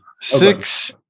six